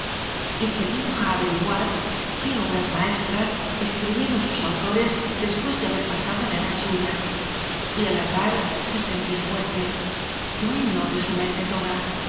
edad y se dió a ave riguar qué obras maestras escribieron sus autores después de haber pasado la edad suya y a la par se sentía fuerte dueño de su mente toda